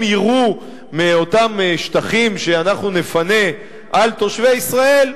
אם יירו מאותם שטחים שאנחנו נפנה על תושבי ישראל,